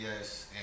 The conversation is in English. yes